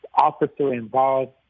officer-involved